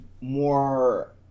more